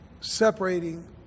separating